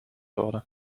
worden